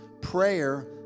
Prayer